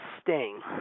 Sting